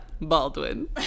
Baldwin